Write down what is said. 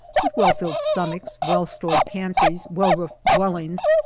with well-tilled stomachs well-stored pantries, well-roofed dwellings,